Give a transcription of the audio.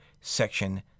section